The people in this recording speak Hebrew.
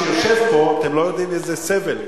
מי שיושב פה, אתם לא יודעים איזה סבל.